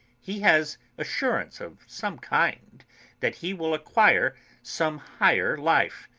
he has assurance of some kind that he will acquire some higher life.